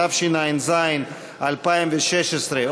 התשע"ז 2016,